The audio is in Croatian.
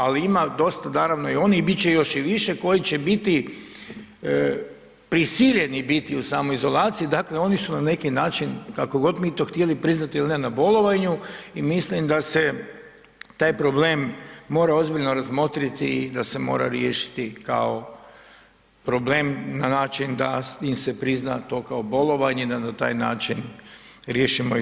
Ali ima dosta naravno i onih i bit će još i više koji će biti prisiljeni biti u samoizolaciji, dakle oni su na neki način kako god mi to htjeli priznati ili ne na bolovanju i mislim da se taj problem mora ozbiljno razmotriti i da se mora riješiti kao problem na način da im se prizna to kao bolovanje da na taj način riješimo i to.